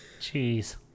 Jeez